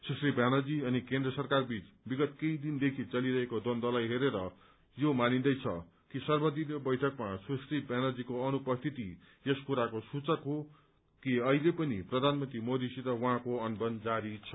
सुश्री ब्यानर्जी अनि केन्द्र सरकारबीच विगत केही दिनदेखि चलिरहेको द्वन्द्वलाई हेरेर यो मानिन्दैछ कि सर्वदलीय बैठकमा सुश्री व्यानर्जीको अनुपस्थिति यस कुराको सूचक हो अहिले पनि प्रधानमन्त्री मोदीसित उहाँको अनबन जारी छ